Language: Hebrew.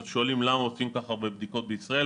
אז שואלים למה עושים כל כך הרבה בדיקות בישראל.